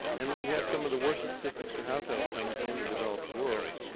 and we had some of the worst statistics for health outcomes in the developed world.